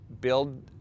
build